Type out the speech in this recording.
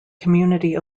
community